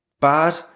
Bad